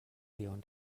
tion